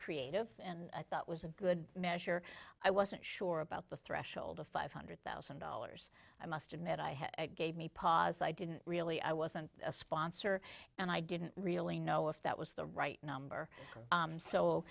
creative and i thought was a good measure i wasn't sure about the threshold of five hundred thousand dollars i must admit i had gave me pause i didn't really i wasn't a sponsor and i didn't really know if that was the right number